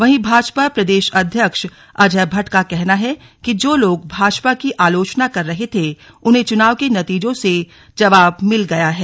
वहीं भाजपा प्रदेश अध्यक्ष अजय भट्ट का कहना है कि जो लोग भाजपा की आलोचना कर रहे थे उन्हें चुनाव के नतीजों से जवाब मिल गया है